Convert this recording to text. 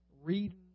reading